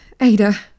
Ada